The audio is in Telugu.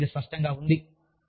అవును ఇది స్పష్టంగా ఉంది